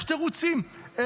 אפשר להמשיך עוד.